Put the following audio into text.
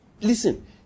Listen